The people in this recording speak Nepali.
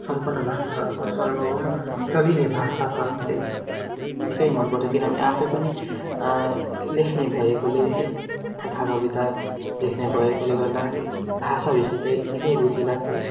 सम्पन्न भाषा अथवा सर्वभौम चलिने भाषा छ है निकै मनपर्छ किनभने आफै पनि लेख्ने भएकोले है कथा कविता लेख्ने भएकोले गर्दा भाषा विषय चाहिँ निकै रुचि लाग्थ्यो